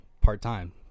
part-time